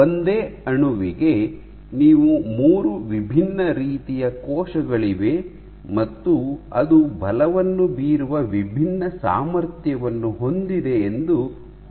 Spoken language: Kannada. ಒಂದೇ ಅಣುವಿಗೆ ನೀವು ಮೂರು ವಿಭಿನ್ನ ರೀತಿಯ ಕೋಶಗಳಿವೆ ಮತ್ತು ಅದು ಬಲವನ್ನು ಬೀರುವ ವಿಭಿನ್ನ ಸಾಮರ್ಥ್ಯವನ್ನು ಹೊಂದಿದೆ ಎಂದು ಊಹಿಸಿರಿ